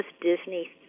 Disney